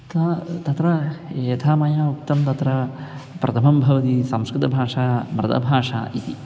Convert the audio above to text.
अत तत्र यथा मया उक्तं तत्र प्रथमं भवति संस्कृतभाषा मृतभाषा इति